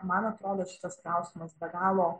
man atrodo šitas klausimas be galo